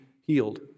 healed